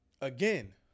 again